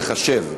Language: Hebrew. הוא ייחשב,